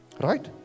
right